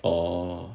orh